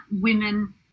women